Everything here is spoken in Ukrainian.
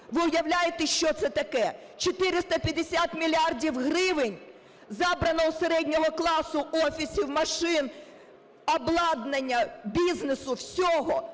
Ви уявляєте, що це таке? 450 мільярдів гривень забрано у середнього класу: офісів, машин, обладнання, бізнесу - всього,